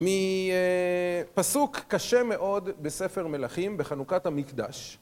מפסוק קשה מאוד בספר מלאכים בחנוכת המקדש.